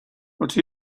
what